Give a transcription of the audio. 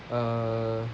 uh